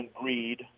greed